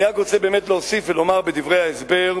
אני רק רוצה להוסיף ולומר בדברי ההסבר,